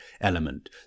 element